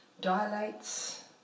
dilates